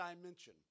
dimension